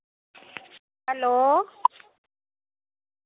hello